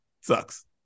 Sucks